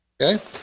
Okay